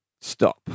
Stop